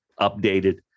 updated